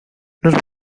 bueno